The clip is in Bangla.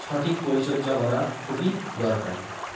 সঠিক পরিচর্যা করা খুবই দরকারি